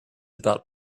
about